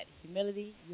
humility